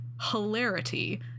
hilarity